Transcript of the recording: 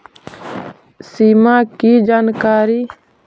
सिमा कि जानकारी?